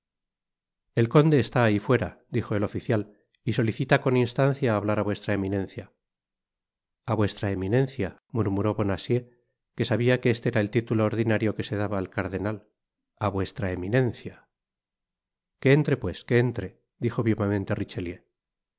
el conde está ahi fuera dijo el oficial y solicita con instancia hablar á vuestra eminencia a vuestra eminencia murmuró bonacieux que sabia que este era el titulo ordinario que se daba al cardenal á vuestra eminencia que entre pues que entre dijo vivamente richelieu